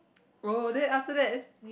oh then after that